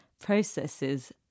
processes